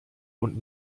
und